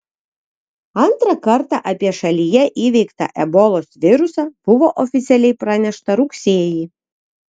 antrą kartą apie šalyje įveiktą ebolos virusą buvo oficialiai pranešta rugsėjį